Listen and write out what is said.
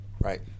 right